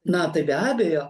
na tai be abejo